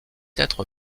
être